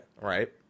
Right